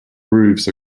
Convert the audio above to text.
roofs